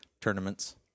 tournaments